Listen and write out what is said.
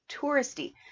touristy